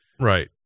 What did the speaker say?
Right